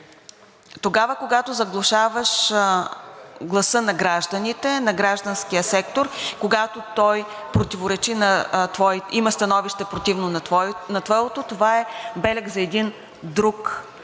Тогава, когато заглушаваш гласа на гражданите, на гражданския сектор, когато има становище, противно на твоето, това е белег на един друг